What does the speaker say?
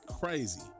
crazy